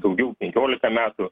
daugiau penkiolika metų